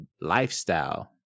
lifestyle